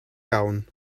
iawn